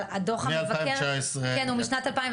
אבל דוח המבקר הוא משנת 2019,